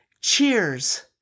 Cheers